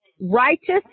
Righteous